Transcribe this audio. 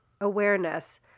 awareness